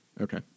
Okay